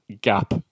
gap